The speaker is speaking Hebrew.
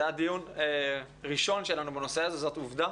זה היה דיון ראשון שלנו בנושא הזה, זאת עובדה.